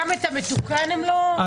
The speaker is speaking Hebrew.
גם את המתוקן הם לא ---?